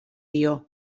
dio